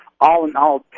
all-in-all